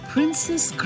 Princess